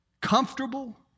Comfortable